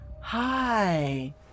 hi